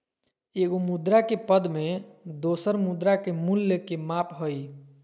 एगो मुद्रा के पद में दोसर मुद्रा के मूल्य के माप हइ